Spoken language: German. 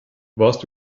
warst